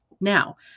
Now